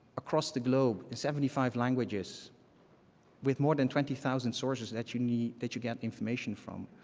across the globe in seventy five languages with more than twenty thousand sources that you need that you get information from.